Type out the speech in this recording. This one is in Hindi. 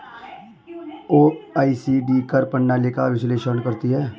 ओ.ई.सी.डी कर प्रणाली का विश्लेषण करती हैं